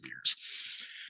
years